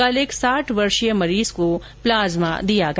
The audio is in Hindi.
कल एक साठ वर्षीय मरीज को प्लाज्मा दिया गया